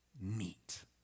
meet